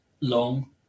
Long